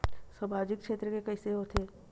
सामजिक क्षेत्र के कइसे होथे?